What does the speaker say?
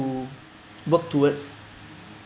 to work towards